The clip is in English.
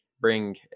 bring